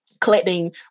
collecting